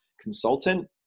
consultant